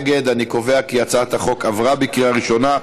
הגדרת גן לאומי עירוני והגשת תוכנית בנייה למטרות מגורים),